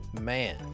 Man